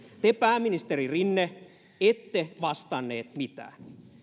te pääministeri rinne ette vastannut mitään